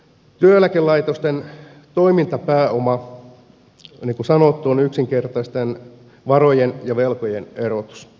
työeläkelaitosten toimintapääoma niin kuin sanottu on yksinkertaisten varojen ja velkojen erotus